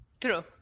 True